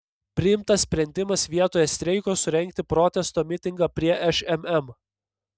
priimtas sprendimas vietoje streiko surengti protesto mitingą prie šmm